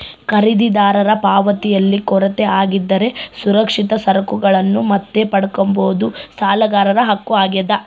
ಖರೀದಿದಾರರ ಪಾವತಿಯಲ್ಲಿ ಕೊರತೆ ಆಗಿದ್ದರೆ ಸುರಕ್ಷಿತ ಸರಕುಗಳನ್ನು ಮತ್ತೆ ಪಡ್ಕಂಬದು ಸಾಲಗಾರರ ಹಕ್ಕು ಆಗ್ಯಾದ